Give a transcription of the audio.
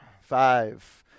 Five